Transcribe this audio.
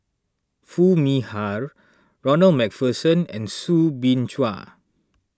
Foo Mee Har Ronald MacPherson and Soo Bin Chua